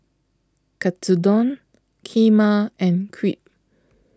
Katsudon Kheema and Crepe